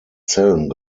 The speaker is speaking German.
zellen